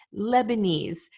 Lebanese